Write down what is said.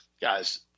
guys